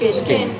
skin